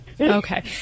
Okay